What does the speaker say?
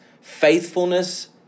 faithfulness